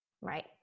Right